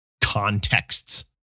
contexts